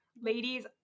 Ladies